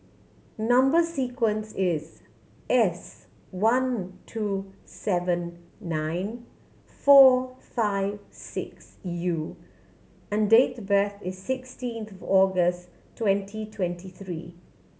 number sequence is S one two seven nine four five six U and date birth is sixteen August twenty twenty three